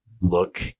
look